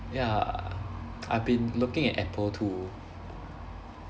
ya I've been looking at apple too